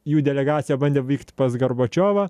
jų delegacija bandė vykt pas gorbačiovą